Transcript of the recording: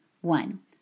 One